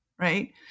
right